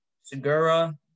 Segura